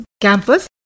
campus